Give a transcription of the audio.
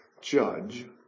judge